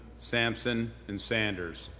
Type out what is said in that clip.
sampson, and sanders.